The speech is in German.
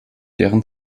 deren